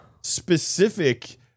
specific